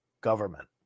government